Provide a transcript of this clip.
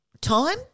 time